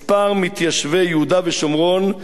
מספר מתיישבי יהודה ושומרון,